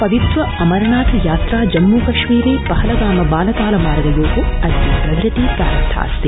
पवित्र अमरनाथ यात्रा जम्मूकश्मीरे पहलगाम बालताल मार्गयो अद्य प्रभृति प्रारब्धास्ति